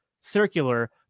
circular